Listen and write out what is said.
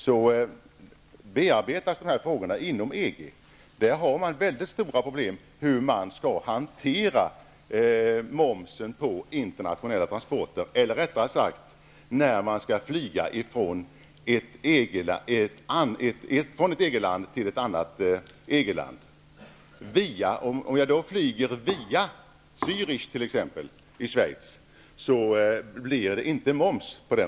Det finns stora problem när det gäller hur momsen på internationella transporter skall hanteras, eller rättare sagt när flygtransport skall ske från ett EG-land till ett annat. Om man flyger t.ex. via Zürich i Schweiz blir denna resa inte momsbelagd.